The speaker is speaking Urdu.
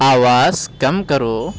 آواز کم کرو